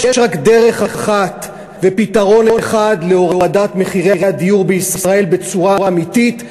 יש רק דרך אחת ופתרון אחד להורדת מחירי הדיור בישראל בצורה אמיתית,